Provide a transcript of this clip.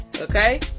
okay